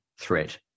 threat